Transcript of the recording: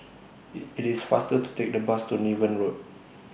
IT IT IS faster to Take The Bus to Niven Road